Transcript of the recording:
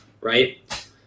Right